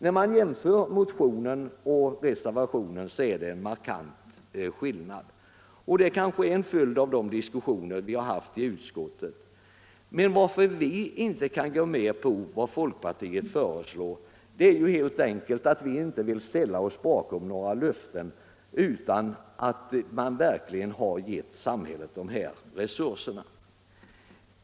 Då man jämför motionen 399 och reservationen 4 finner man att det är en markant skillnad, och detta kanske är en följd av diskussionerna i utskottet. Men att vi inte kan gå med på vad folkpartiet föreslår beror ju helt enkelt på att vi inte vill ställa oss bakom några löften utan att man verkligen har gett samhället de här resurserna.